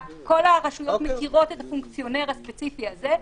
כל הרשויות מכירות את הפונקציונר הספציפי הזה,